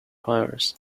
hires